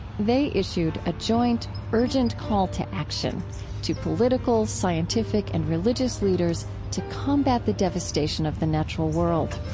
they issued a joint urgent call to action to political, scientific, and religious leaders to combat the devastation of the natural world.